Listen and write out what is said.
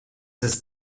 ist